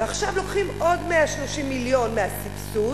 ועכשיו לוקחים עוד 130 מיליון מהסבסוד,